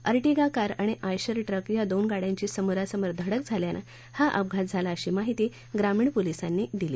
Ertiga car आणि Eicher truck या दोन गाड्यांची समोरासमोर धडक झाल्यानं हा अपघात झालाअशी माहिती ग्रामीण पोलिसांनी दिली